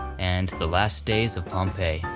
and the last days of pompeii.